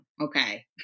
Okay